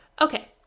Okay